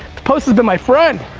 the post has been my friend.